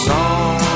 Song